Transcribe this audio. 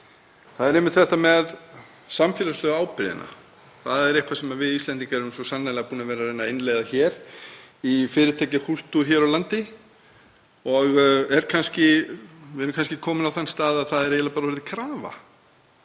Það er einmitt þetta með samfélagslegu ábyrgðina. Það er eitthvað sem við Íslendingar erum svo sannarlega búin að vera að reyna að innleiða í fyrirtækjakúltúr hér á landi og við erum kannski komin á þann stað að það er eiginlega bara orðið krafa